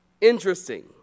Interesting